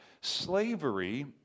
slavery